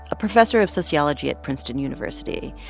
a professor of sociology at princeton university.